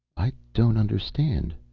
i don't understand.